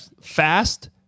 Fast